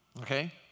Okay